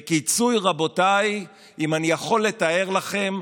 בקיצור, רבותיי, אם אני יכול לתאר לכם,